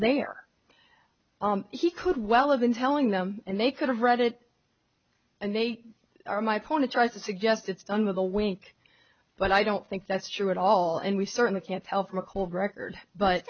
there he could well have been telling them and they could have read it and they are my point to try to suggest it's done with a wink but i don't think that's true at all and we certainly can't tell from a whole record but